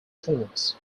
forms